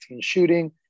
shooting